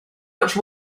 much